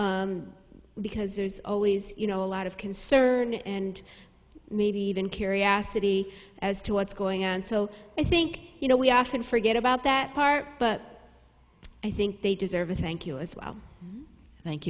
e because there's always you know a lot of concern and maybe even curiosity as to what's going on so i think you know we often forget about that part but i think they deserve a thank you as well thank